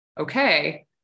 Okay